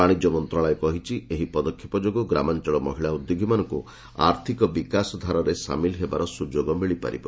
ବାଶିଜ୍ୟ ମନ୍ତ୍ରଣାଳୟ କହିଛି ଏହି ପଦକ୍ଷେପ ଯୋଗୁଁ ଗ୍ରାମାଞ୍ଚଳ ମହିଳା ଉଦ୍ୟୋଗୀମାନଙ୍କୁ ଆର୍ଥିକ ବିକାଶ ଧାରାରେ ସାମିଲ ହେବାର ସୁଯୋଗ ମିଳିପାରିବ